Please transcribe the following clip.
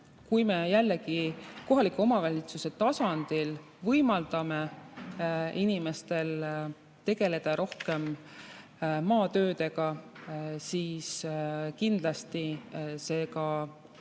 Kui me kohaliku omavalitsuse tasandil võimaldame inimestel tegeleda rohkem maatöödega, siis kindlasti see ka